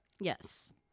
Yes